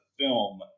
Film